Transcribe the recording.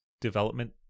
development